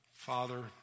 Father